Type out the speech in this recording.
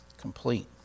complete